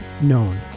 known